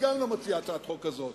גם אני לא מציע הצעת חוק כזאת,